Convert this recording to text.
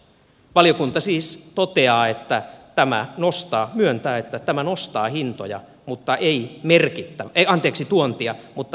valiokunta siis toteaa myöntää että tämä nostaa tuontia mutta ei merkittävästi